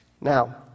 Now